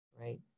right